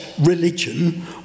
religion